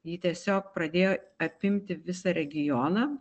ji tiesiog pradėjo apimti visą regioną